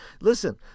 Listen